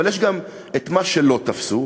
אבל יש גם את מה שלא תפסו,